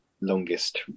longest